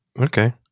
Okay